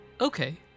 Okay